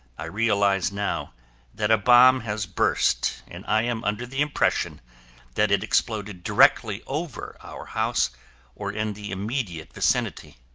i realize now that a bomb has burst and i am under the impression that it exploded directly over our house or in the immediate vicinity.